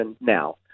now